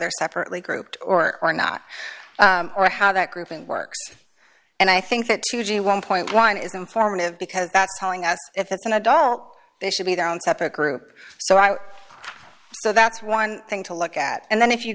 they're separately grouped or or not or how that grouping works and i think that two g one point one is informative because that's telling us if it's an adult they should be their own separate group so i so that's one thing to look at and then if you